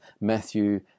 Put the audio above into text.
Matthew